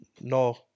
no